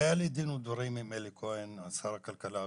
והיה לי דין ודברים עם אלי כהן, שר הכלכלה הקודם.